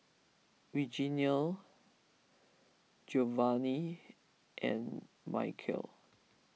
Reginal Giovanni and Mykel